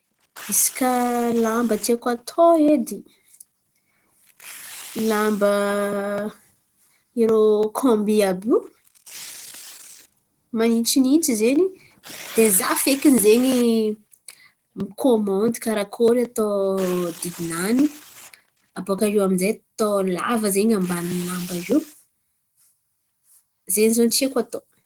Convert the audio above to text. Izy kà lamba tiako atao edy, lamba irô kômby àby io man̈intsinintsy zen̈y de za fekiny zen̈y mikômandy karakôry atao didinany abôkaiô aminjay atao lava zen̈y ambaniny lamba io. Zen̈y ziô ny tiako hatao.